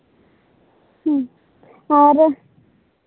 ᱦᱮᱸ ᱟᱨ